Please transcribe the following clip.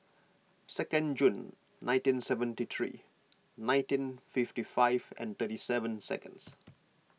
second June nineteen seventy three nineteen fifty five and thirty seven second